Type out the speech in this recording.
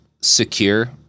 secure